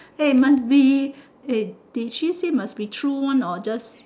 hey must be hey did she say must be true one or just